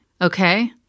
okay